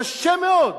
קשה מאוד,